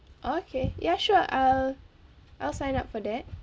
okay ya sure I'll I'll sign up for that